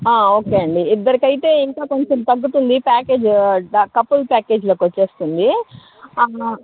okay అండి ఇద్దరికైతే ఇంకా కొంచెం తగ్గుతుంది ప్యాకేజ్ డ కపుల్ ప్యాకేజ్లోకొచ్చేస్తుంది